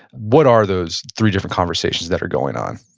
what are those three different conversations that are going on?